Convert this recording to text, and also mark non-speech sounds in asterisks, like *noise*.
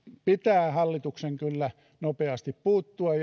pitää hallituksen kyllä nopeasti puuttua *unintelligible*